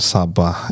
Sabah